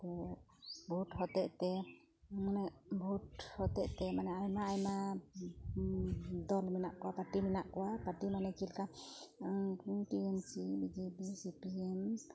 ᱛᱚ ᱵᱷᱳᱴ ᱦᱚᱛᱮᱡ ᱛᱮ ᱢᱟᱱᱮ ᱵᱷᱳᱴᱵ ᱦᱚᱛᱮᱡ ᱛᱮ ᱢᱟᱱᱮ ᱟᱭᱢᱟ ᱟᱭᱢᱟ ᱫᱚᱞ ᱢᱮᱱᱟᱜ ᱠᱚᱣᱟ ᱯᱟᱴᱤ ᱢᱮᱱᱟᱜ ᱠᱚᱣᱟ ᱯᱟᱴᱤ ᱢᱟᱱᱮ ᱪᱮᱫ ᱞᱮᱠᱟ T M C B J P C P ᱮᱢ